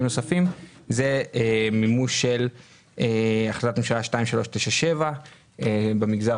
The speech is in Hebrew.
נוספים למימוש של החלטת ממשלה 2397 בתכנית של המגזר